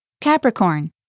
Capricorn